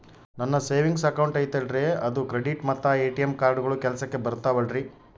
ನನ್ನ savings account ಐತಲ್ರೇ ಅದು ಕ್ರೆಡಿಟ್ ಮತ್ತ ಎ.ಟಿ.ಎಂ ಕಾರ್ಡುಗಳು ಕೆಲಸಕ್ಕೆ ಬರುತ್ತಾವಲ್ರಿ?